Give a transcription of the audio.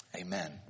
Amen